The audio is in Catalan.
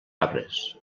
arbres